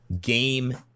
game